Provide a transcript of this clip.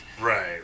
Right